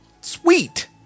sweet